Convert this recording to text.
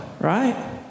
right